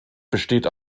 besteht